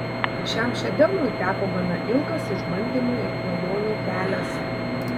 šiam šedevrui teko gana ilgas išbandymų ir klajonių kelias